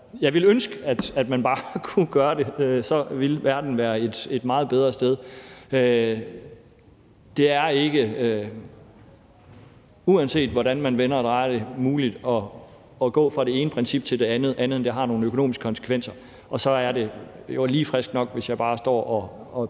Jeg ville ønske, at man bare kunne gøre det, for så ville verden være et meget bedre sted. Det er ikke, uanset hvordan man vender og drejer det, muligt at gå fra det ene princip til det andet; det har nogle økonomiske konsekvenser, og så er det jo lige friskt nok, hvis jeg bare står og